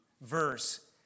verse